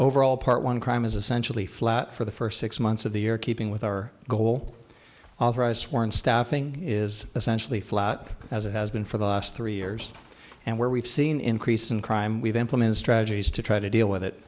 overall part one crime is essentially flat for the first six months of the year keeping with our goal authorized born staffing is essentially flat as it has been for the last three years and where we've seen increase in crime we've implemented strategies to try to deal with it